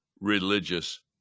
religious